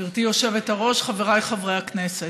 גברתי היושבת-ראש, חבריי חברי הכנסת,